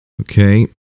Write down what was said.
Okay